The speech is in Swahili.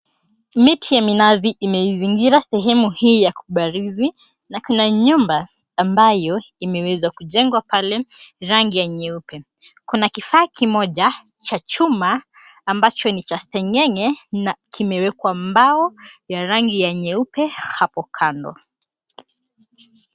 Miti ya minazi imeizingira sehemu hii ya kubarizi na kuna nyumba ambayo imeweza kujengwa pale rangi ya nyeupe. Kuna kifaa kimoja cha chuma ambacho ni cha sengenge na kimewekwa mbao ya rangi ya nyeupe hapo kando.